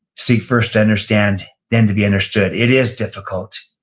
seek first to understand, then to be understood. it is difficult.